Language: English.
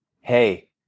hey